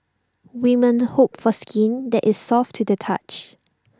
women hope for skin that is soft to the touch